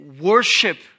worship